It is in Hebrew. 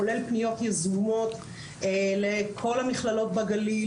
כולל פניות יזומות לכל המכללות בגליל,